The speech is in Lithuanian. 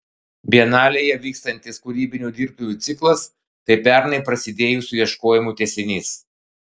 bienalėje vyksiantis kūrybinių dirbtuvių ciklas tai pernai prasidėjusių ieškojimų tęsinys